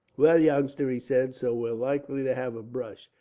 well, youngster, he said, so we're likely to have a brush.